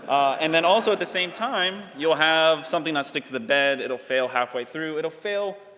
and then also at the same time, you'll have something not stick to the bed, it'll fail halfway through, it'll fail,